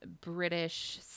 British